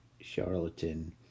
Charlatan